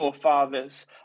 Fathers